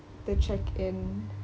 the check in